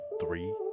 three